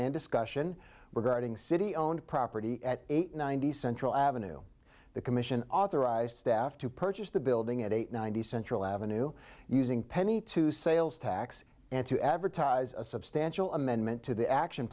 and discussion regarding city owned property at eight ninety central avenue the commission authorized staff to purchase the building at eight ninety central avenue using penny to sales tax and to advertise a substantial amendment to the action